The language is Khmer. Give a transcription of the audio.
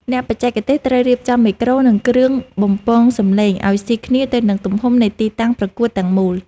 អ្នកបច្ចេកទេសត្រូវរៀបចំមេក្រូ និង គ្រឿងបំពងសម្លេងឱ្យស៊ីគ្នាទៅនឹងទំហំនៃទីតាំងប្រកួតទាំងមូល។